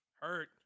Hurt